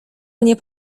mnie